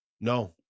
no